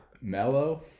mellow